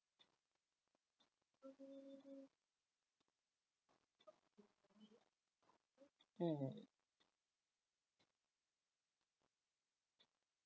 mmhmm